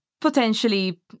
potentially